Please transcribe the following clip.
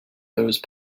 those